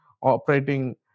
operating